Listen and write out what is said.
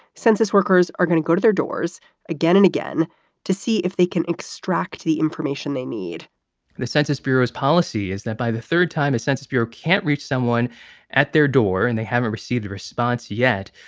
census workers are going to go to their doors again and again to see if they can extract the information they need the census bureau's policy is that by the third time a census bureau can't reach someone at their door and they haven't received a response yet,